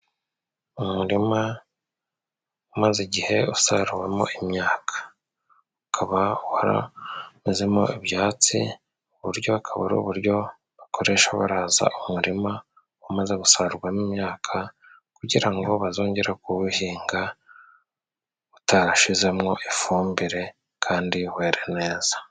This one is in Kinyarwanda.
Umurima umaze igihe usaruwemo imyaka, ukaba waramezemo ibyatsi ubu buryo bukaba ari uburyo bakoresha baraza umurima umaze gusarurwamo imyaka, kugira ngo bazongere kuwuhinga utarashizemwo ifumbire kandi were neza.